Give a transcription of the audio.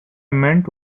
meant